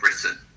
Britain